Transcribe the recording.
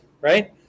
right